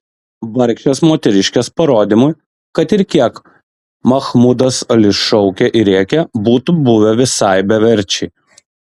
vargšės moteriškės parodymai kad ir kiek mahmudas alis šaukė ir rėkė būtų buvę visai beverčiai